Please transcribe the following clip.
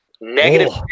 Negative